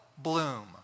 Bloom